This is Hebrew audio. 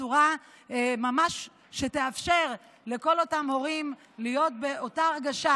בצורה שממש תאפשר לכל אותם הורים להיות באותה הרגשה